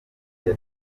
iya